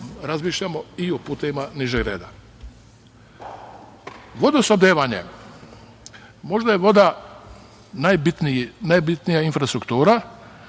razmišljamo i o putevima nižeg reda. Vodosnabdevanje, možda je voda najbitnija infrastruktura,